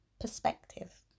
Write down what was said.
perspective